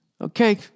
Okay